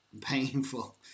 painful